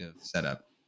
setup